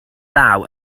law